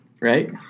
Right